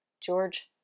George